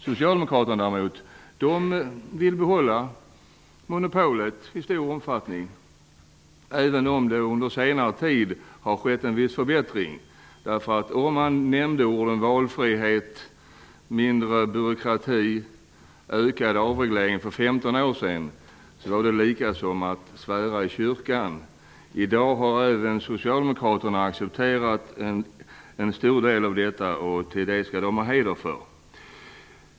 Socialdemokraterna vill däremot behålla monopolet i stor omfattning, även om det under senare tid har skett en viss förbättring. Om man för 15 år sedan nämnde orden valfrihet, mindre byråkrati, ökad avreglering, var det som att svära i kyrkan. I dag har även Socialdemokraterna accepterat en stor del av detta, och det skall de ha heder för.